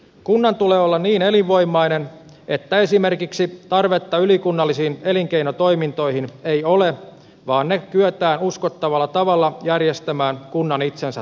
kunnan tulee olla niin elinvoimainen että esimerkiksi tarvetta ylikunnallisiin elinkeinotoimintoihin ei ole vaan ne kyetään uskottavalla tavalla järjestämään kunnan itsensä toimesta